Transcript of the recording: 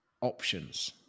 options